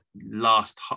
last